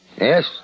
Yes